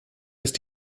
ist